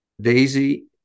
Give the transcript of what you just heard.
Daisy